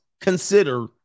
consider